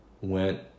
went